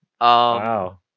wow